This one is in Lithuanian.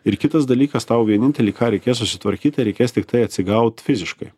ir kitas dalykas tau vienintelį ką reikės susitvarkyti reikės tiktai atsigaut fiziškai